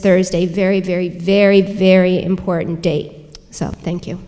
thursday very very very very important date so thank you